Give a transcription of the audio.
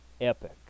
epic